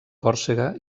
còrsega